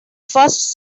first